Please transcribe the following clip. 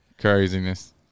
Craziness